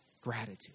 Gratitude